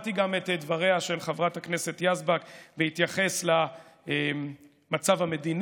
שמעתי גם את דבריה של חברת הכנסת יזבק בהתייחס למצב המדיני.